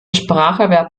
spracherwerb